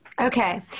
Okay